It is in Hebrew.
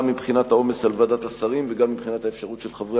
גם מבחינת העומס על ועדת השרים וגם מבחינת האפשרות של חברי